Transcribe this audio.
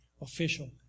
official